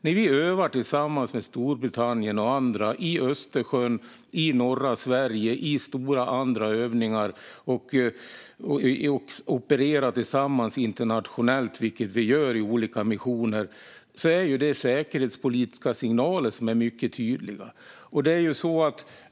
När vi övar tillsammans med Storbritannien och andra i Östersjön, i norra Sverige och i andra stora övningar och opererar tillsammans internationellt, vilket vi gör i olika missioner, är det säkerhetspolitiska signaler som är mycket tydliga.